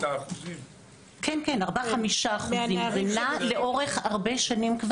זה נע לאורך הרבה שנים.